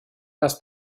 das